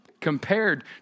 Compared